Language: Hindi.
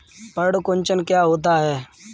पर्ण कुंचन क्या होता है?